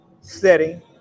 setting